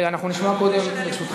אנחנו רוצים להעביר את